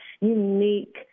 unique